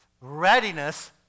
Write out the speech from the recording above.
Readiness